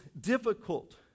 difficult